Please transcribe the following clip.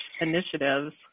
initiatives